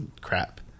Crap